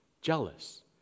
jealous